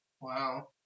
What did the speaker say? Wow